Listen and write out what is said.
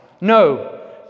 No